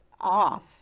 off